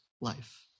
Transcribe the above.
life